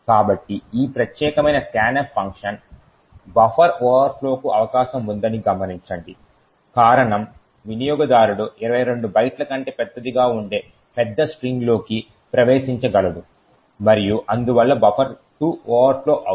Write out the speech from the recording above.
కాబట్టి ఈ ప్రత్యేకమైన scanf ఫంక్షన్ బఫర్ ఓవర్ఫ్లోకు అవకాశం ఉందని గమనించండి కారణం వినియోగదారుడు 22 బైట్ల కంటే పెద్దదిగా ఉండే పెద్ద స్ట్రింగ్లోకి ప్రవేశించగలడు మరియు అందువల్ల బఫర్2 ఓవర్ ఫ్లో అవుతుంది